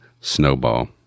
snowball